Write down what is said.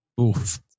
Oof